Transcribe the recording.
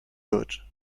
good